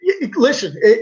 Listen